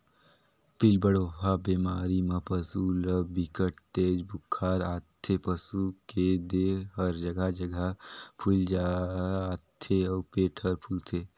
पिलबढ़वा बेमारी म पसू ल बिकट तेज बुखार आथे, पसू के देह हर जघा जघा फुईल जाथे अउ पेट हर फूलथे